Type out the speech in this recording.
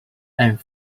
and